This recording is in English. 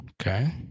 Okay